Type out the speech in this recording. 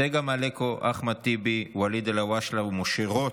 צגה מלקו, אחמד טיבי, ואליד אלהואשלה ומשה רוט.